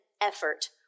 effort